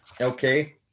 Okay